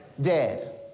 dead